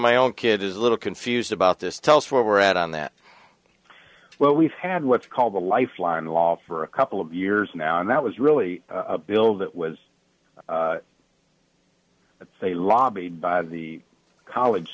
my own kid is a little confused about this tell us where we're at on that well we've had what's called the lifeline law for a couple of years now and that was really a bill that was let's say lobbied by the college